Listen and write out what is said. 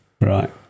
Right